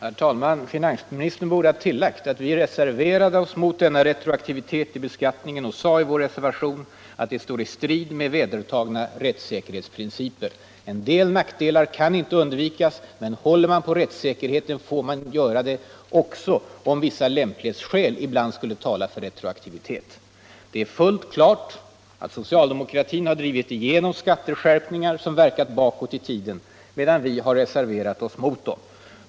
Herr talman! Finansministern borde ha tillagt att vi reserverade oss mot denna retroaktivitet i beskattningen och sade i vår reservation att det står i strid med vedertagna rättssäkerhetsprinciper. En del nackdelar kan inte undvikas, men håller man på rättssäkerheten får man göra det också om vissa lämplighetsskäl ibland skulle tala för retroaktivitet. Det är fullt klart att socialdemokratin har drivit igenom skatteskärpningar som verkat bakåt i tiden, medan vi reserverat oss mot dem.